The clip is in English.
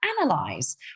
analyze